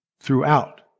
throughout